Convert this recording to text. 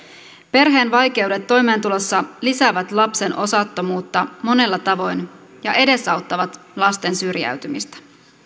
perheen vaikeudet toimeentulossa lisäävät lapsen osattomuutta monella tavoin ja edesauttavat lasten syrjäytymistä